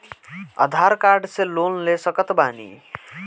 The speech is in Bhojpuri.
आधार कार्ड से लोन ले सकत बणी?